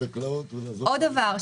עוד דבר,